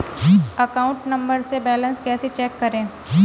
Account number से balance कैसे check करें?